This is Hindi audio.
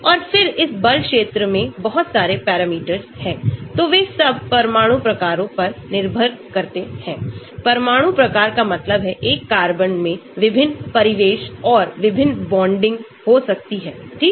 और फिर इस बल क्षेत्र में बहुत सारे पैरामीटर हैं तो वे सब परमाणु प्रकारों पर निर्भर करते हैं परमाणु प्रकार का मतलब है एक कार्बन में विभिन्न परिवेश और विभिन्न बॉन्डिंग हो सकती है ठीक